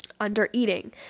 Undereating